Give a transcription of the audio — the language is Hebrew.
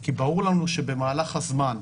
כי ברור לנו שבמהלך הזמן,